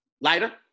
Lighter